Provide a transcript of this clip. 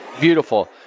beautiful